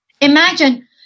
Imagine